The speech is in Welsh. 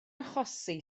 achosi